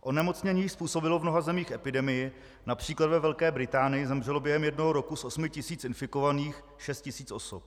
Onemocnění způsobilo v mnoha zemích epidemii, například ve Velké Británii zemřelo během jednoho roku z osmi tisíc infikovaných šest tisíc osob.